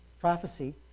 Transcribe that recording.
prophecy